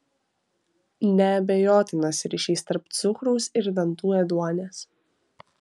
neabejotinas ryšys tarp cukraus ir dantų ėduonies